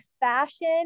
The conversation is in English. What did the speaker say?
fashion